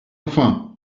enfin